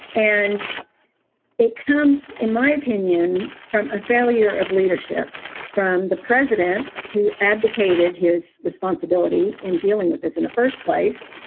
and it comes, in my opinion, from a failure of leadership from the president who abdicated his responsibility in dealing with this in the first place,